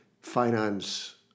finance